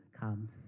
comes